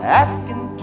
asking